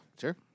Sure